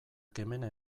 kemena